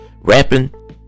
Rapping